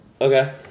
Okay